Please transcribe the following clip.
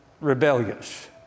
rebellious